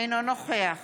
אינו נוכח